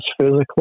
physically